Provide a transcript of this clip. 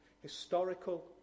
historical